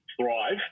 thrive